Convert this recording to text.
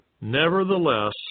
Nevertheless